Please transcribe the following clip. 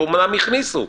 והכניסו,